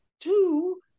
two